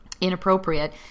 inappropriate